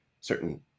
certain